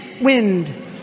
Wind